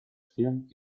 filmed